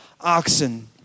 oxen